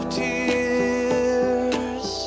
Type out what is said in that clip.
tears